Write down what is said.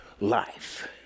life